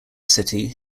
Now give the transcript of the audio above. city